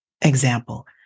example